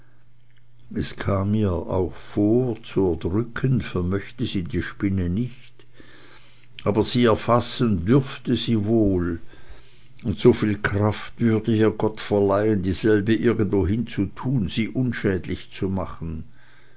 es kam ihr auch vor zu erdrücken vermochte sie die spinne nicht aber sie erfassen dürfte sie wohl und so viel kraft würde ihr gott verleihen dieselbe irgendwohin zu tun sie unschädlich zu machen